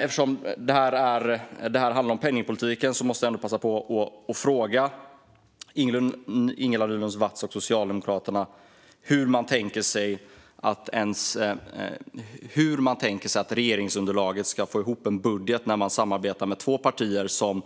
Eftersom det här handlar om penningpolitiken måste jag passa på att fråga Ingela Nylund Watz och Socialdemokraterna hur de tänker sig att deras regeringsunderlag ska få ihop en budget när de samarbetar med två partier som